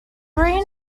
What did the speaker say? green